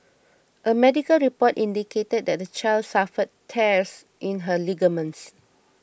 a medical report indicated that the child suffered tears in her ligaments